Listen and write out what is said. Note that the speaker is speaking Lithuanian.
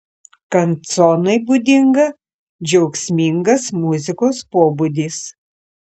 kanconai būdinga džiaugsmingas muzikos pobūdis